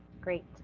Great